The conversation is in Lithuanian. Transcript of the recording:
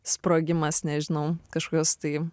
sprogimas nežinau kažkokios tai